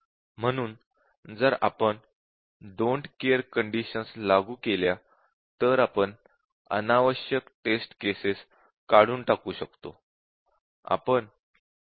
म्हणून जर आपण डोन्ट केअर कंडिशन्स लागू केल्या तर आपण अनावश्यक टेस्ट केसेस काढून टाकू शकतो